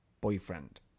boyfriend